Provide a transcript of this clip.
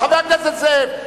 חבר הכנסת זאב.